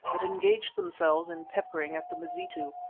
but engaged themselves in peppering at the mazitu,